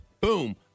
boom